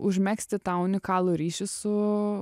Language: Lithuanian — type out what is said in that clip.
užmegzti tą unikalų ryšį su